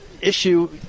issue